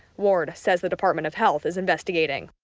ward says the department of health is investigating.